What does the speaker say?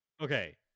Okay